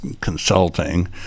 consulting